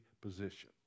position